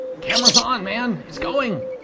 camera's on man. it's going.